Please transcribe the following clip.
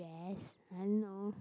yes and no